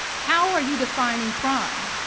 how are you defining crime?